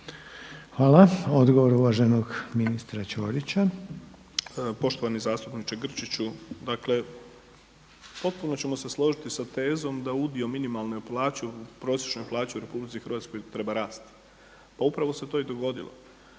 Hvala. Odgovor uvaženog ministra Ćorića. **Ćorić, Tomislav (HDZ)** Poštovani zastupniče Grčiću, dakle potpuno ćemo se složiti sa tezom da udio minimalne plaće u prosječnoj plaći u RH treba rasti. Pa upravo se to i dogodilo.